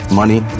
money